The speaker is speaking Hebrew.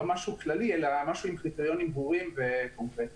משהו כללי אלא משהו עם קריטריונים ברורים וקונקרטיים.